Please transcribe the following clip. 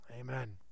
Amen